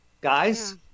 Guys